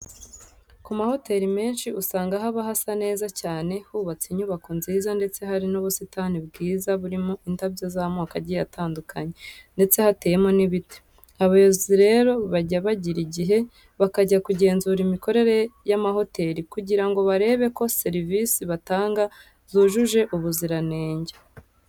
Ku mahoteri menshi usanga haba hasa neza cyane, hubatse inyubako nziza ndetse hari n'ubusitani bwiza burimo indabyo z'amoko agiye atandukanye ndetse hateyemo n'ibiti. Abayobozi rero bajya bagira igihe bakajya kugenzura imikorere y'amahoteri kugira ngo barebe ko serivisi batanga zujuje ubuziranenge.